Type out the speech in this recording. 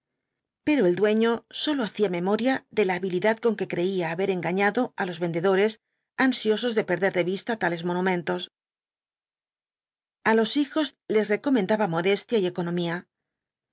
pero el dueño sólo hacía memoria de la habilidad con que creía haber engañado á los vendedores an iosos de perder de vista tales monumentos a los hijos les recomendaba modestia y economía